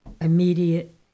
immediate